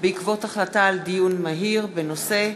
בעקבות דיון מהיר בנושא: